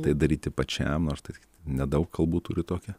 tai daryti pačiam nors nedaug kalbų turi tokią